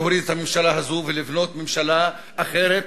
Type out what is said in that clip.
להוריד את הממשלה הזאת ולבנות ממשלה אחרת,